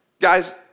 Guys